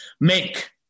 Make